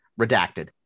Redacted